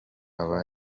aba